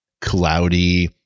cloudy